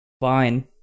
fine